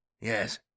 Yes